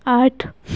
آٹھ